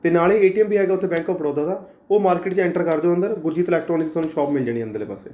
ਅਤੇ ਨਾਲ ਹੈ ਏ ਟੀ ਐਮ ਵੀ ਹੈਗਾ ਬੈਂਕ ਆਫ ਬੜੌਦਾ ਦਾ ਉਹ ਮਾਰਕਿਟ 'ਚ ਐਂਟਰ ਕਰ ਜਾਇਓ ਅੰਦਰ ਗੁਰਜੀਤ ਇਲੈਕਟ੍ਰਾਨਿਕਸ ਤੁਹਾਨੂੰ ਸ਼ੌਪ ਮਿਲ ਜਾਣੀ ਅੰਦਰਲੇ ਪਾਸੇ